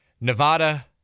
Nevada